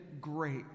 great